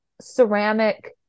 ceramic